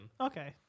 Okay